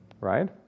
right